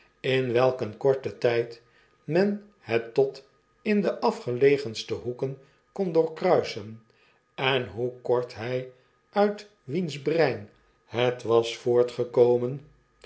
in welk een korten tijd men het tot in de afgelegenste hoeken kon doorkruisen en hoe kort hy uit wiens brein het was